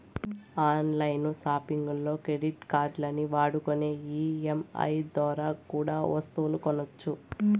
on line సాపింగుల్లో credit కార్డుల్ని వాడుకొని ఈ.ఎం.ఐ దోరా కూడా ఒస్తువులు కొనొచ్చు